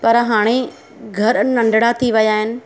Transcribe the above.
पर हाणे घर नंढणा थी विया आहिनि